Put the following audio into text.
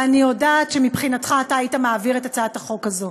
ואני יודעת שמבחינתך היית מעביר את הצעת החוק הזו.